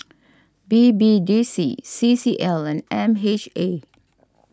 B B D C C C L and M H A